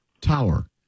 Tower